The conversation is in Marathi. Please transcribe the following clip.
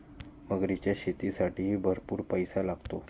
मगरीच्या शेतीसाठीही भरपूर पैसा लागतो